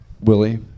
Willie